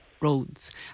roads